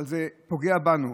אבל זה פוגע בנו.